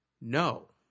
no